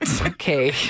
okay